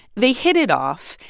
they hit it off,